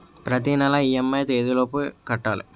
ప్రతినెల ఇ.ఎం.ఐ ఎ తేదీ లోపు కట్టాలి?